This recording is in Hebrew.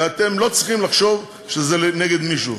ואתם לא צריכים לחשוב שזה נגד מישהו.